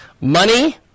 Money